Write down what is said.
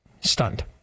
Stunned